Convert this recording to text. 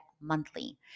Monthly